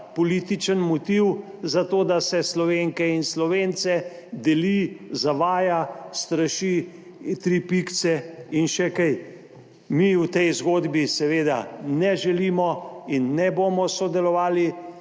političen motiv za to, da se Slovenke in Slovence deli, zavaja, straši, tri pikice in še kaj. Mi v tej zgodbi seveda ne želimo in ne bomo **3.